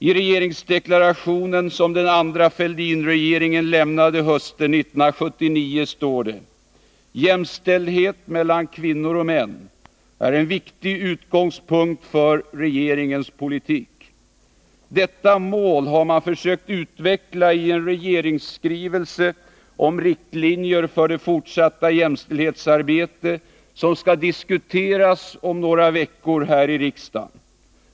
I regeringsdeklarationen som den andra Fälldinregeringen lämnade hösten 1979 står det: ”Jämställdhet mellan kvinnor och män är en viktig utgångspunkt för regeringens politik.” Detta mål har man försökt utveckla i en regeringsskrivelse om riktlinjer för det fortsatta jämställdhetsarbetet, som skall diskuteras om några veckor här i riksdagen.